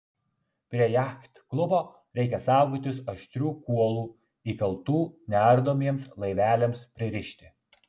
prie jachtklubo reikia saugotis aštrių kuolų įkaltų neardomiems laiveliams pririšti